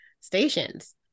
stations